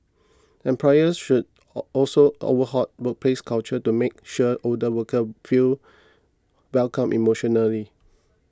employers should also overhaul workplace culture to make sure older workers feel welcome emotionally